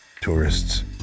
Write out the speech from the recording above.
tourists